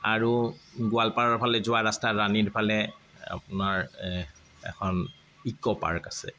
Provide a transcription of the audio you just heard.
আৰু গোৱালপাৰাৰ ফালে যোৱা ৰাস্তা ৰাণীৰ ফালে আপোনাৰ এখন ইক' পাৰ্ক আছে